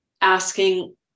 asking